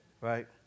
right